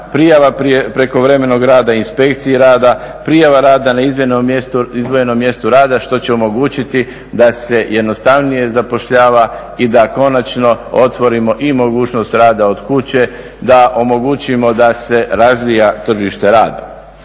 prijava prekovremenog rada inspekciji rada, prijava rada na izdvojenom mjestu rada što će omogućiti da se jednostavnije zapošljava i da konačno otvorimo i mogućnost rada od kuće, da omogućimo da se razvija tržište rada.